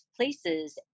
places